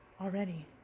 Already